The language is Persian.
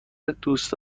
دوست